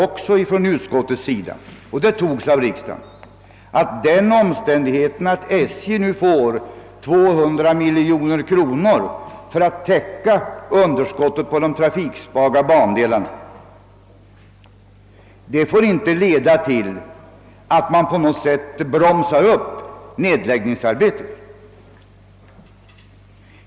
'a statsoch tredje lagutskotiet anförde också — och riksdagen anslöt sig till uttalandet — att den omständigheten att SJ fick 200 miljoner kronor för att täcka underskottet på de trafiksvaga bandelarna inte fick leda till att nedläggningsarbetet på något sätt bromsades upp.